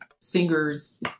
singers